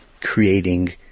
creating